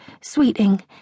sweeting